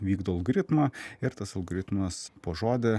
vykdo algoritmą ir tas algoritmas po žodį